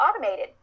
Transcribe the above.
automated